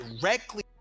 directly